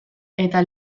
eta